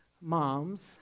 moms